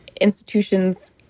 institution's